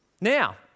Now